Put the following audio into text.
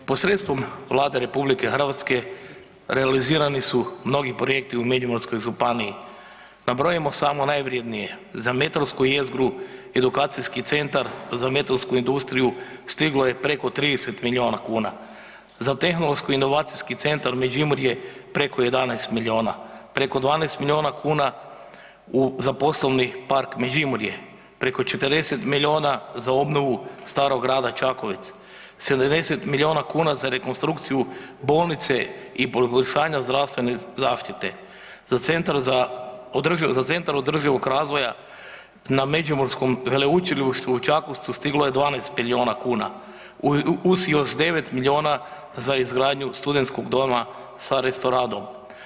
Posredstvom Vlade RH realizirani su mnogi projekti u Međimurskoj županiji, nabrojimo samo najvrednije za metalsku jezgru Edukacijski centar, za metalsku industriju stiglo je preko 30 milijuna kuna, za Tehnološko-inovacijski centar Međimurje preko 11 milijuna, preko 12 milijuna kuna za Poslovni park Međimurje, preko 40 milijuna za obnovu Starog grada Čakovec, 70 milijuna kuna za rekonstrukciju bolnice i poboljšanja zdravstvene zaštite, za Centar održivog razvoja ma međimurskom Veleučilištu u Čakovcu stiglo je 12 milijuna kuna uz još 9 milijuna za izgradnju studentskog doma sa restoranom.